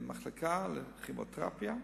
מחלקה לכימותרפיה,